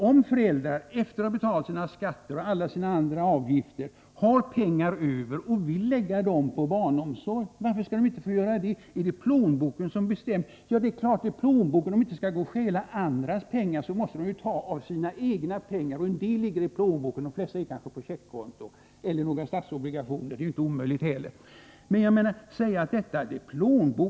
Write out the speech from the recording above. Om föräldrar efter att ha betalat sina skatter och alla sina andra avgifter har pengar över och vill lägga dem på barnomsorgen, varför skall de då inte få göra det? Är det då plånboken som bestämmer? Ja, det är klart att det är deras plånbok som sätter en gräns. Om de inte skall gå och stjäla andras pengar, måste de ta av sina egna, och en del av dem ligger i plånboken. De flesta finns kanske på checkkonto eller de kanske är placerade i statsobligationer, det är ju inte heller omöjligt.